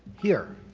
here.